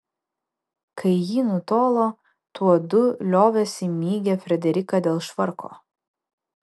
kai ji nutolo tuodu liovėsi mygę frideriką dėl švarko